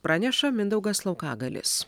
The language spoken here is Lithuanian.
praneša mindaugas laukagalis